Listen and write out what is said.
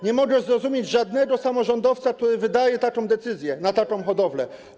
Nie mogę zrozumieć żadnego samorządowca, który wydaje taką decyzję, na taką hodowlę.